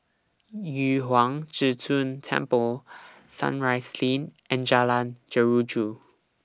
Yu Huang Zhi Zun Temple Sunrise Lane and Jalan Jeruju